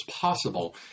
possible